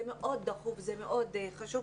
זה מאוד דחוף וזה מאוד חשוב,